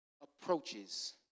approaches